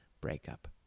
breakup